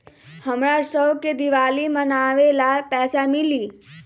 हमरा शव के दिवाली मनावेला पैसा मिली?